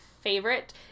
favorite